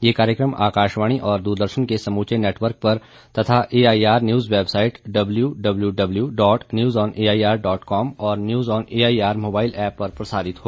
ये कार्यक्रम आकाशवाणी और दूरदर्शन के समूचे नेटवर्क पर तथा AIR news website W W W dot news on AIR dot com और news on AIR mobile app पर प्रसारित होगा